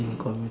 community